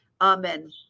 Amen